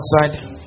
outside